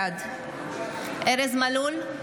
בעד ארז מלול,